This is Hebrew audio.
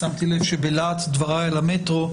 שמתי לב שבלהט דבריי על המטרו,